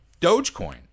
Dogecoin